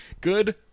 Good